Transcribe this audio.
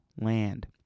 land